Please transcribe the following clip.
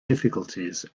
difficulties